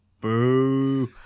Boo